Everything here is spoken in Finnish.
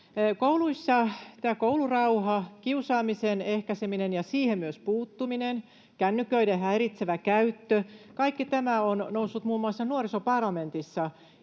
koulurauha, kiusaamisen ehkäiseminen ja siihen puuttuminen, kännyköiden häiritsevä käyttö — kaikki tämä on noussut muun muassa nuorisoparlamentissa